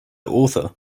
author